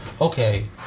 okay